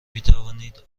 میتوانید